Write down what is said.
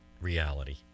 reality